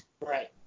Right